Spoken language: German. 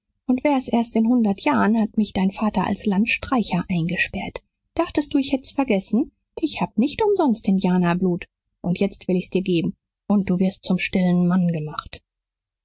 und wär's erst in hundert jahren hat mich dein vater als landstreicher eingesperrt dachtest du ich hätt's vergessen ich hab nicht umsonst indianerblut und jetzt will ich's dir geben und du wirst zum stillen mann gemacht